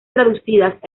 traducidas